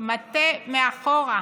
מטה מאחור.